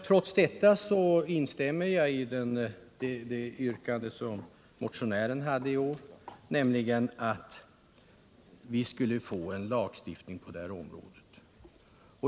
Trots detta instämmer jag i motionärens yrkande om bifall till den andra att-satsen.